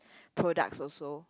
products also